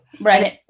Right